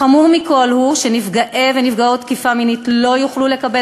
החמור מכול הוא שנפגעי ונפגעות תקיפה מינית לא יוכלו לקבל